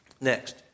Next